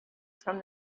from